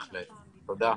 בהחלט, תודה.